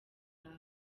zawe